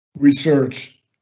research